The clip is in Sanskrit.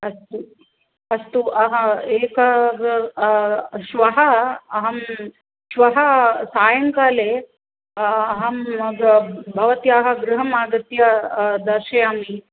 अस्तु अस्तु अह एकः श्वः अहं श्वः सायङ्काले अहं भवत्याः गृहम् आगत्य दर्शयामि